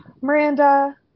Miranda